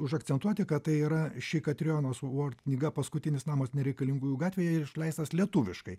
užakcentuoti kad tai yra ši katrijonos vuort knyga paskutinis namas nereikalingųjų gatvėje ir išleistas lietuviškai